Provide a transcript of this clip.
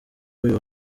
uyu